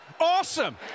awesome